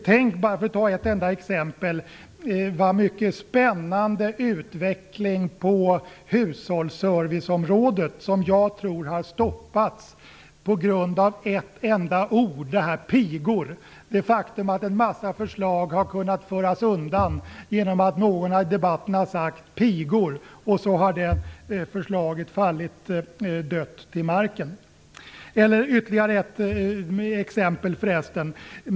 Tänk, bara för att ta ett enda exempel, så mycket spännande utveckling på hushållsserviceområdet som jag tror har stoppats på grund av ett enda ord, ordet pigor. Det är ett faktum att en mängd förslag har kunnat föras undan genom att någon i debatten har sagt pigor, sedan har det förslaget fallit dött till marken. Ytterligare ett exempel förresten.